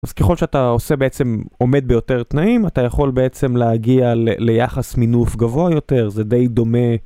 אז ככל שאתה עושה בעצם עומד ביותר תנאים, אתה יכול בעצם להגיע ליחס מינוף גבוה יותר, זה די דומה.